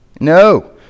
No